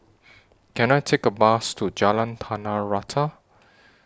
Can I Take A Bus to Jalan Tanah Rata